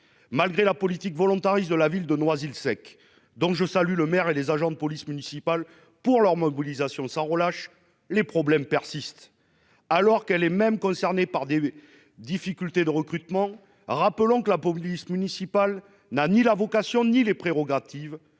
Malgré la politique volontariste de la ville de Noisy-le-Sec, dont je salue le maire et les agents de police municipale pour leur mobilisation sans relâche, les problèmes persistent. Alors qu'elle est elle-même concernée par des difficultés de recrutement, rappelons que la police municipale ne dispose pas des prérogatives